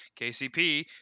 kcp